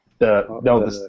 no